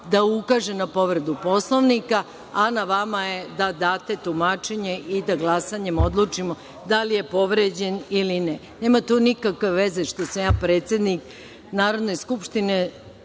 da ukaže na povredu Poslovnika, a na vama je da date tumačenje i da glasanjem odlučimo da li je povređen ili ne. Nema to nikakve veze što sam ja predsednik Narodne skupštine.